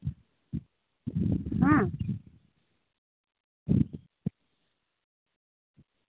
ᱦᱮᱸ